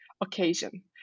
occasion